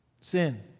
sin